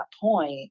point